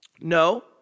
No